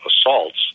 assaults